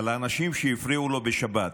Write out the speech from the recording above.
על האנשים שהפריעו לו בשבת.